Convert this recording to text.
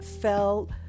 fell